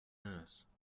nurse